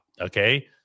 Okay